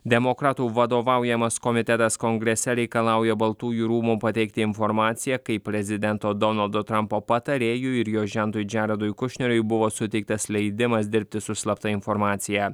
demokratų vadovaujamas komitetas kongrese reikalauja baltųjų rūmų pateikti informaciją kaip prezidento donaldo trumpo patarėjui ir jo žentui džaredui kušneriui buvo suteiktas leidimas dirbti su slapta informacija